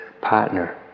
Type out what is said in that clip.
partner